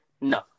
No